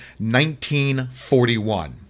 1941